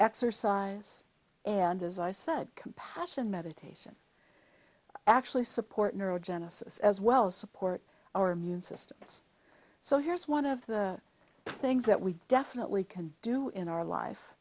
exercise and as i said compassion meditation actually support neurogenesis as well support our immune systems so here's one of the things that we definitely can do in our life